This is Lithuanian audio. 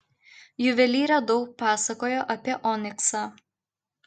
juvelyrė daug pasakojo apie oniksą